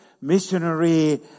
missionary